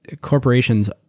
corporations